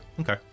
okay